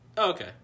Okay